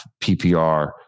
PPR